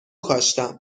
کاشتم